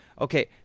Okay